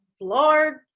Lord –